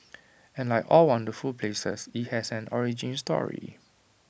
and like all wonderful places IT has an origin story